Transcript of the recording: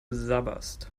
sabberst